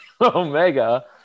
omega